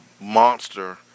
monster